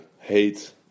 hate